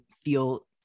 feel